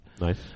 Nice